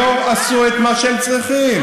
שלא עשו את מה שהם צריכים.